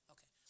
Okay